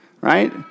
right